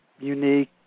unique